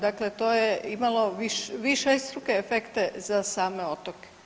Dakle, to je imalo višestruke efekte za same otoke.